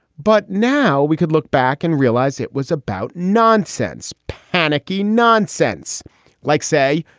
but now we could look back and realize it was about non-sense, panicky non-sense like, say,